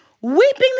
weeping